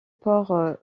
port